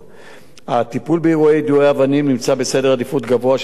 הטיפול באירועי יידויי אבנים נמצא בעדיפות גבוהה של תחנת "שלם",